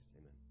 Amen